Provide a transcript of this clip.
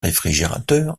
réfrigérateur